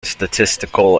statistical